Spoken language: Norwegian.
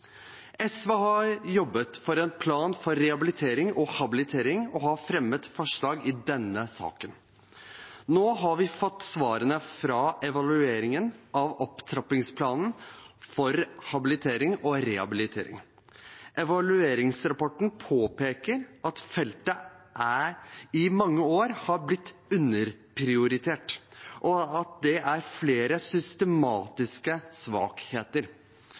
SV har jobbet for en plan for rehabilitering og habilitering og har fremmet forslag i denne saken. Nå har vi fått svarene fra evalueringen av opptrappingsplanen for habilitering og rehabilitering. Evalueringsrapporten påpeker at feltet i mange år har blitt underprioritert, og at det er flere systematiske svakheter.